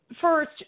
First